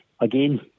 Again